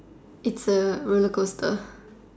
it's a rollercoaster